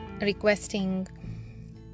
requesting